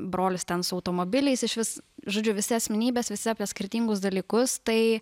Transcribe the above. brolis ten su automobiliais išvis žodžiu visi asmenybės visi apie skirtingus dalykus tai